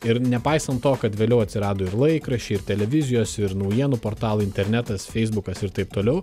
ir nepaisant to kad vėliau atsirado ir laikraščiai ir televizijos ir naujienų portalai internetas feisbukas ir taip toliau